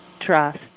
trust